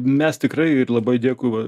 mes tikrai ir labai dėkui va